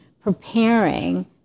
preparing